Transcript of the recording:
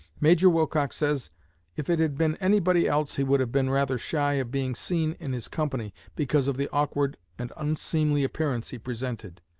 major wilcox says if it had been anybody else he would have been rather shy of being seen in his company, because of the awkward and unseemly appearance he presented.